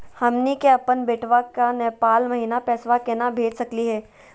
हमनी के अपन बेटवा क नेपाल महिना पैसवा केना भेज सकली हे?